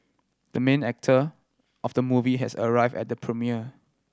the main actor of the movie has arrived at the premiere